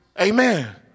Amen